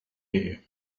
you